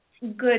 good